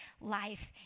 life